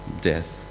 death